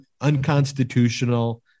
unconstitutional